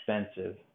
expensive